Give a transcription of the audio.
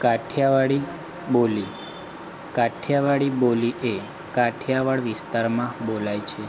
કાઠિયાવાડી બોલી કાઠિયાવાડી બોલી એ કાઠિયાવાડી વિસ્તારમાં બોલાય છે